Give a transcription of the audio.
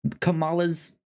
Kamala's